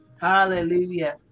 hallelujah